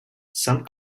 some